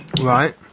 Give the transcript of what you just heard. Right